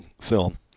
film